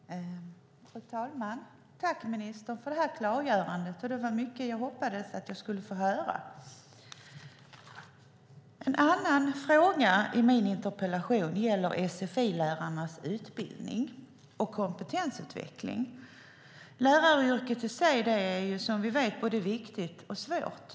Fru talman! Jag tackar ministern för klargörandet. Det var mycket av detta som jag hoppades att jag skulle få höra. En annan fråga i min interpellation gäller sfi-lärarnas utbildning och kompetensutveckling. Läraryrket i sig är som vi vet både viktigt och svårt.